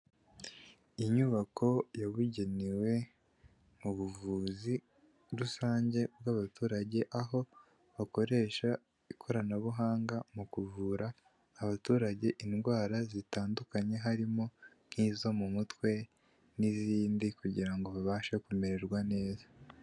Inyubako yabugenewe mu buvuzi rusange bw'abaturage, aho bakoresha ikoranabuhanga mu kuvura abaturage indwara zitandukanye, harimo nk'izo mu mutwe n'izindi kugira ngo babashe kumererwa neza.